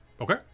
Okay